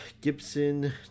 Gibson